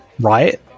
Right